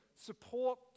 support